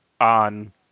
on